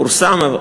פורסם.